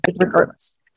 Regardless